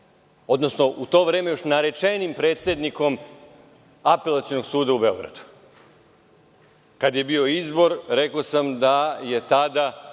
u to vreme još narečenim predsednikom Apelacionog suda u Beogradu? Kad je bio izbor, rekao sam da je tada